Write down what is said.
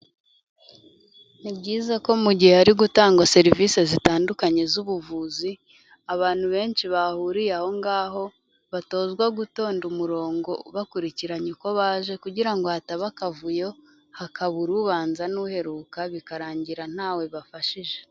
Ni byiza ko mu gihe hari gutangwa serivisi zitandukanye z'ubuvuzi, abantu benshi bahuriye ahongaho, batozwa gutonda umurongo bakurikiranye uko baje, kugira hatababa akavuyo hakabuura ubanza n'uheruka bikarangira ntawe bafashije.